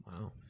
wow